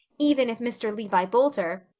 even if mr. levi boulter,